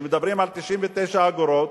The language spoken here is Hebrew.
כשמדברים על 99 אגורות,